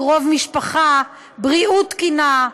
קרוב משפחה, בריאות תקינה,